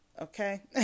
okay